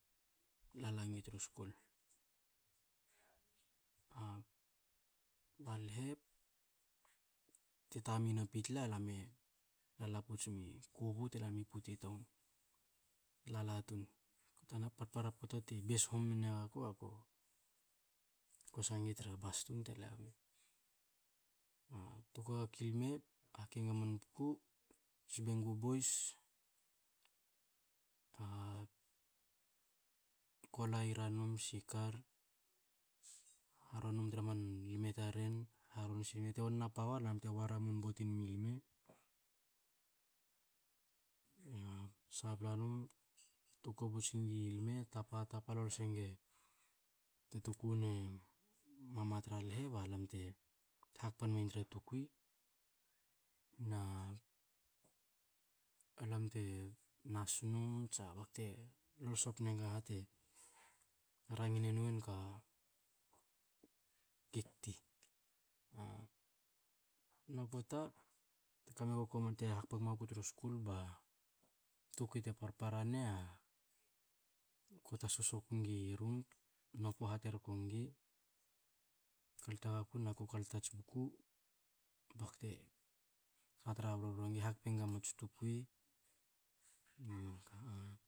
Lala me tru school. ba lehe, te tame na pitla, lam e lala pots mi kobu bte lam i puta tum, lala tun. Kto na parpara pota te bes home nga ko, a ko kwsa ngi tra bus tum hakei ngi a man bku, sep e nuku boys, kola ira nom, sikar, haron nom tra man lma taren, haron si mu. Te on na pawa ba lam te wa ramun nabout me lma, sabla nom, tokobus ngi lma, tapa tapa lolse e nge, te tuku ne mama tara lehe, ba lam te, te hakpa nen tra tokui, na, ba lam te nas nom, tsa ko te lolse tan nga ha te rangi ne no en ka kete. maman a pota, te ka mgoko man te hkap wa gum o ku tru school, ba tokui te parpara na, ko tasu sko ngi rum, nopu haterok ngi, te kalta aga ku ne ko kalta tsi bku, ba ko te na tra brobro ngi, hakap e ngi a mats tokui